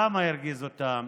למה הרגיז אותם?